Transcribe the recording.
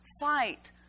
fight